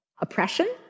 oppression